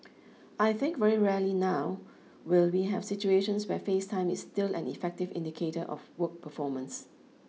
I think very rarely now will we have situations where face time is still an effective indicator of work performance